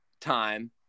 time